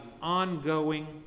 ongoing